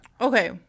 Okay